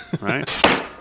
right